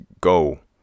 go